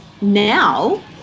now